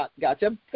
Gotcha